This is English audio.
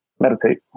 Meditate